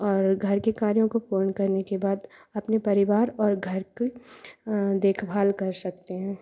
और घर के कार्यों को पूर्ण करने के बाद अपने परिवार और घर की देखभाल कर सकते हैं